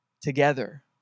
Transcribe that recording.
together